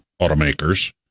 automakers